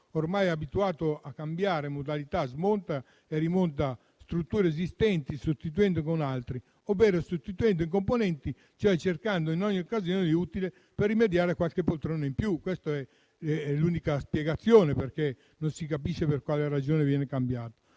ormai abituato a cambiare modalità, smonta e rimonta strutture esistenti sostituendole con altre, ovvero sostituendo i componenti, cioè cercando ogni occasione utile per rimediare qualche poltrona in più, questa è l'unica spiegazione, perché non si capisce per quale ragione quel tavolo